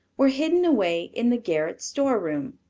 were hidden away in the garret storeroom.